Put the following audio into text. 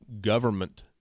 government